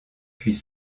puis